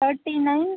thirty nine